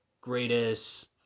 greatest